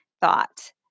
thought